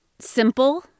simple